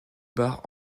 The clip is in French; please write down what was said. barre